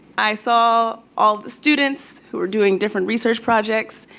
i saw all the students who are doing different research projects.